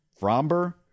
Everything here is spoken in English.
Fromber